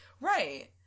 Right